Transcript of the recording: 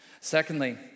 Secondly